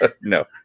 No